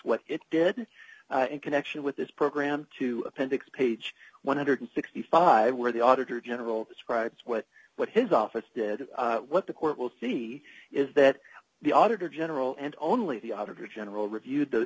what it did in connection with this program to appendix page one hundred and sixty five where the auditor general describes what what his office did what the court will see is that the auditor general and only the auditor general reviewed the